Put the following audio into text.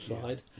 side